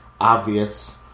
obvious